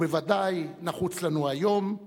הוא ודאי נחוץ לנו היום,